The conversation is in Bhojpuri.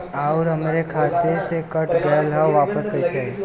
आऊर हमरे खाते से कट गैल ह वापस कैसे आई?